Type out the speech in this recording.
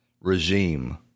regime